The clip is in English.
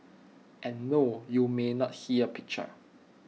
and no you may not see A picture